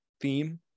theme